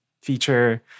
feature